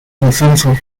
descenso